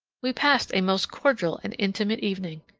we passed a most cordial and intimate evening.